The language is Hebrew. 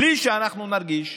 בלי שאנחנו נרגיש,